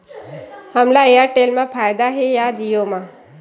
हमला एयरटेल मा फ़ायदा हे या जिओ मा?